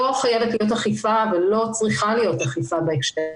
חייבת להיות אכיפה ולא צריכה להיות אכיפה בהקשר הזה.